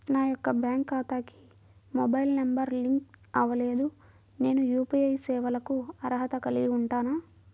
నా యొక్క బ్యాంక్ ఖాతాకి మొబైల్ నంబర్ లింక్ అవ్వలేదు నేను యూ.పీ.ఐ సేవలకు అర్హత కలిగి ఉంటానా?